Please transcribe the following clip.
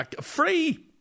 Free